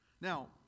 Now